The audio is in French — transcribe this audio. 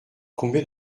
combien